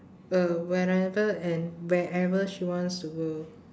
uh whenever and wherever she wants to go